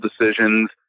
decisions